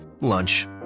Lunch